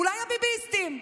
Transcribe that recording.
אולי הביביסטים.